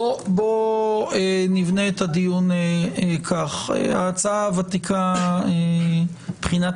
בואו נבנה את הדיון כך: ההצעה הוותיקה מבחינת